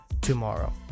tomorrow